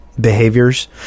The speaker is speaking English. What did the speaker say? behaviors